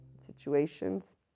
situations